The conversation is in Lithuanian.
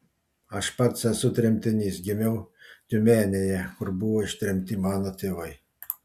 aš pats esu tremtinys gimiau tiumenėje kur buvo ištremti mano tėvai